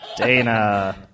Dana